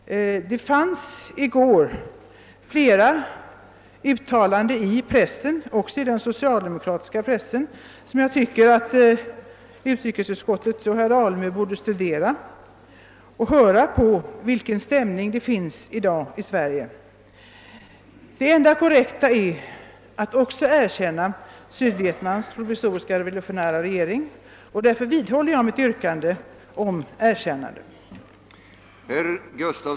Det fanns i gårdagens press — också i den socialdemokratiska — flera uttalanden som jag tycker att utrikesutskottet och herr Alemyr borde studera för att rätt uppfatta dagens stämningar i Sverige. Det enda korrekta handlandet är att erkänna Republiken Sydvietnams provisoriska revolutionära regering och att bryta med Saigonjuntan. Jag vidhåller därför mitt yrkande om bifall till vår motion.